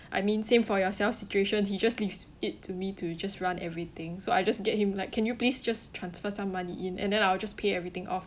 I mean same for yourself situation he just leaves it to me to just run everything so I just get him like can you please just transfer some money in and then I will just pay everything off